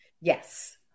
Yes